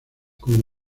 como